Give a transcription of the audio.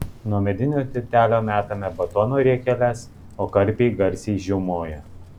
nuo medinio tiltelio metame batono riekeles o karpiai garsiai žiaumoja